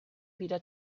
wieder